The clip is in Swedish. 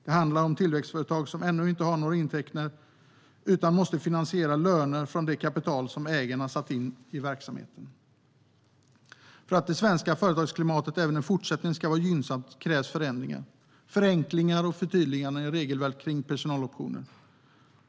Det handlar om tillväxtföretag som ännu inte har några intäkter utan måste finansiera löner från det kapital som ägarna satt in i verksamheten. För att det svenska företagsklimatet även i fortsättningen ska vara gynnsamt krävs förändringar, förenklingar och förtydliganden av regelverket kring personaloptioner.